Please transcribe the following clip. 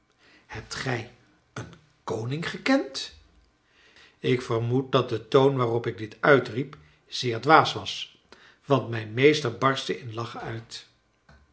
hebt gij een koning gekend ik vermoed dat de toon waarop ik dit uitriep zeer dwaas was want mijn meester barstte in lachen uit